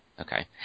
Okay